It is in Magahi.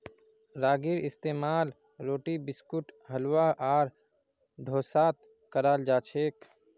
रागीर इस्तेमाल रोटी बिस्कुट हलवा आर डोसात कराल जाछेक